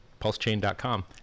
pulsechain.com